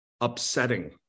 upsetting